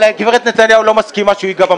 אבל גב' נתניהו לא מסכימה שהוא ייגע במטוס.